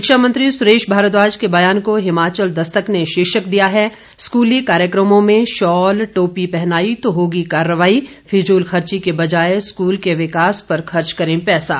शिक्षा मंत्री सुरेश भारद्वाज के बयान को हिमाचल दस्तक ने शीर्षक दिया है स्कूली कार्यक्रमों में शॉल टोपी पहनाई तो होगी कार्रवाई फिजूलखर्ची के बजाय स्कूल के विकास पर खर्च करें पैसा